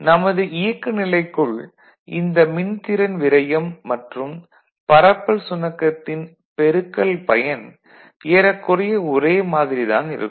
நமது இயக்க நிலைக்குள் இந்த மின்திறன் விரயம் மற்றும் பரப்பல் சுணக்கத்தின் பெருக்கல்பயன் ஏறக்குறைய ஒரே மாதிரி தான் இருக்கும்